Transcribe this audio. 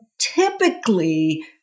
typically